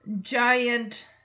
giant